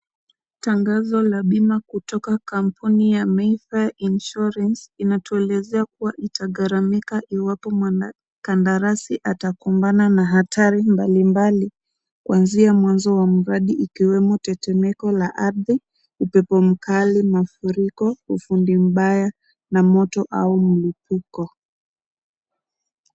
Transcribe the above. Tangazo la bima kutoka kampuni ya Meifa insurance. Inatuelezea kuwa itagharamika iwapo mwanakandarasi atakumbana na hatari mbalimbali kuanzia mwanzo wa mradi ikiwemo tetemeko la ardhi, upepo mkali, mafuriko, ufundi mbaya na moto au mlipuko.